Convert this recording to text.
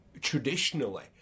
traditionally